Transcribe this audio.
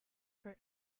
for